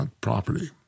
property